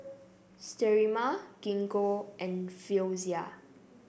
Sterimar Gingko and Floxia